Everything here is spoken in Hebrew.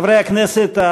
חברי הכנסת,